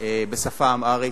בשפה האמהרית.